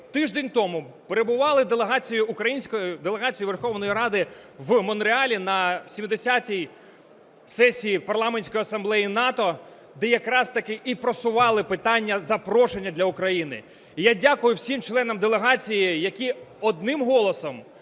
тиждень тому перебували українською делегацією Верховної Ради в Монреалі на 70-й сесії Парламентської асамблеї НАТО, де якраз-таки і просували питання запрошення для України. І я дякую всім членам делегації, які одним голосом